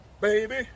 baby